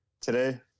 today